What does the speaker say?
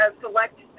select